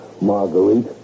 Marguerite